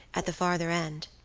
at the farther end.